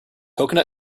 coconut